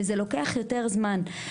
וזה לוקח יותר זמן.